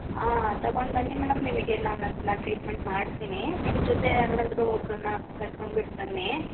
ಆಂ ತಗೊಂಡು ಬನ್ನಿ ಮೇಡಮ್ ನಿಮಗೆ ನಾನು ಅದನ್ನು ಟ್ರೀಟ್ಮೆಂಟ್ ಮಾಡ್ತೀನಿ ನಿಮ್ಮ ಜೊತೆ ಯಾರನ್ನಾದರೂ ಒಬ್ಬರನ್ನ ಕರ್ಕೊಂಬಿಟ್ಟು ಬನ್ನಿ